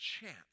chance